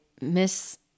miss